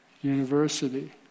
university